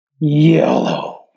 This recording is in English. Yellow